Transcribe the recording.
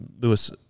Lewis